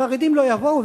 חרדים לא יבואו,